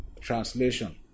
translation